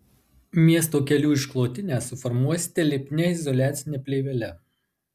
miesto kelių išklotinę suformuosite lipnia izoliacine plėvele